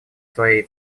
свои